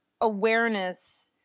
awareness